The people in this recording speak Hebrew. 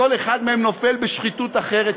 כל אחד מהם נופל בשחיתות אחרת,